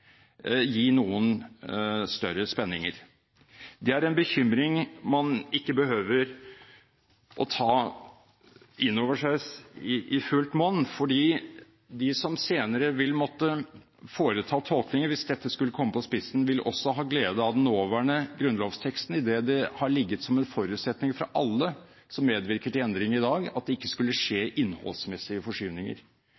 gi noen større spenninger. Det er en bekymring man ikke behøver å ta innover seg i fullt monn, for de som senere vil måtte foreta tolkninger hvis dette skulle settes på spissen, vil også ha glede av den nåværende grunnlovsteksten, idet det har ligget som en forutsetning fra alle som medvirker til endring i dag, at det ikke skulle skje